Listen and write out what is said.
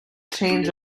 change